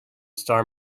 star